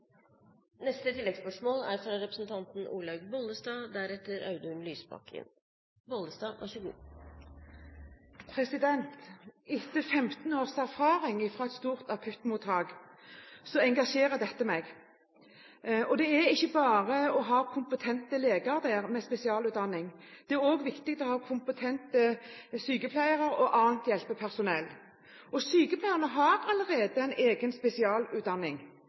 Etter 15 års erfaring fra et stort akuttmottak engasjerer dette meg. Det er ikke bare å ha kompetente leger der med spesialistutdanning, det er også viktig å ha kompetente sykepleiere og annet hjelpepersonell. Sykepleierne har allerede en egen